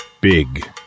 Big